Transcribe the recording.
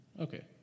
Okay